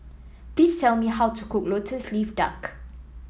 please tell me how to cook lotus leaf duck